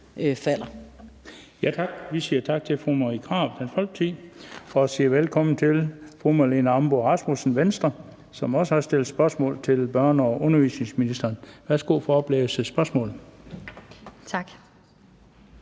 (Bent Bøgsted): Vi siger tak til fru Marie Krarup, Dansk Folkeparti. Og vi siger velkommen til fru Marlene Ambo-Rasmussen, Venstre, som også har stillet spørgsmål til børne- og undervisningsministeren. Kl. 16:13 Spm. nr.